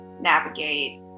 navigate